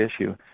issue